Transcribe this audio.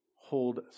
hold